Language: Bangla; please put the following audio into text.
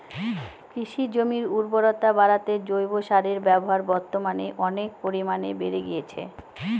কৃষিজমির উর্বরতা বাড়াতে জৈব সারের ব্যবহার বর্তমানে অনেক পরিমানে বেড়ে গিয়েছে